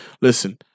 listen